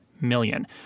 million